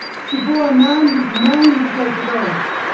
she bore a man whose mind was like the gods,